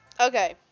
Okay